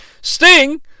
Sting